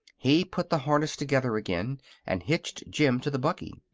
he put the harness together again and hitched jim to the buggy.